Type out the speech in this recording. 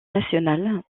national